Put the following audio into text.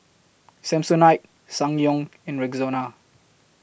Samsonite Ssangyong and Rexona